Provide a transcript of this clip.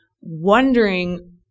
wondering